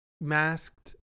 masked